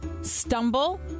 stumble